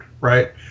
right